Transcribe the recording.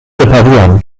reparieren